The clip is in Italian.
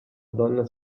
donna